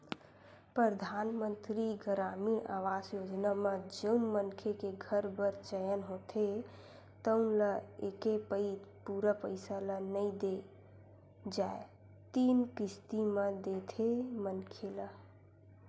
परधानमंतरी गरामीन आवास योजना म जउन मनखे के घर बर चयन होथे तउन ल एके पइत पूरा पइसा ल नइ दे जाए तीन किस्ती म देथे मनखे ल